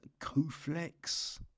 Coflex